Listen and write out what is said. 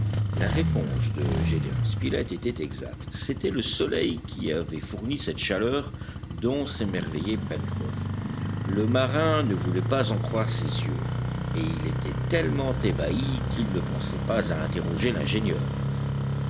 la réponse de gédéon spilett était exacte c'était le soleil qui avait fourni cette chaleur dont s'émerveillait pencroff le marin ne voulait pas en croire ses yeux et il était tellement ébahi qu'il ne pensait pas à interroger l'ingénieur